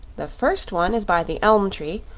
the first one is by the elm tree,